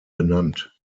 benannt